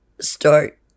start